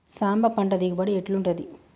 సాంబ పంట దిగుబడి ఎట్లుంటది?